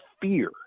fear